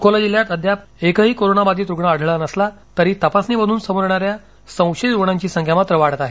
अकोला जिल्ह्यात अद्याप एकही कोरोना बाधित रुग्ण आढळला नसला तरी तपासणीमधुन समोर येणाऱ्या संशयित रुग्णांची संख्या मात्र वाढत आहे